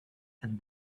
and